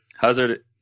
Hazard